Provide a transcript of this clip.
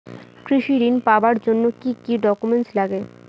কৃষি ঋণ পাবার জন্যে কি কি ডকুমেন্ট নাগে?